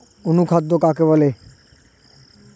অনুখাদ্য কাকে বলে?